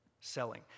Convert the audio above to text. Selling